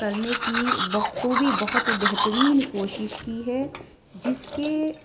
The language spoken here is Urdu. کرنے کی بخوبی بہت ہی بہترین کوشش کی ہے جس کے